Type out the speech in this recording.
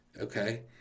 okay